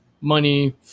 money